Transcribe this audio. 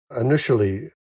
Initially